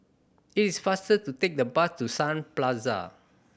it is faster to take the bus to Sun Plaza